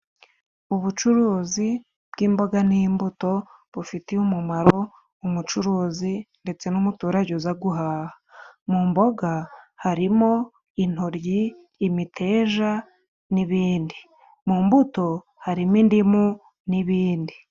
Ubucuruzi bw'imboga n'imbuto bufitiye umumaro, umucuruzi ndetse n'umuturage uza guhaha, mu mboga harimo intoryi, imiteja n'ibindi, mu mbuto harimo indimu n'ibindi.